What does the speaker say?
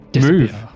move